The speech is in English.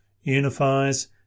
unifies